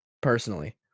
personally